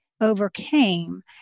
overcame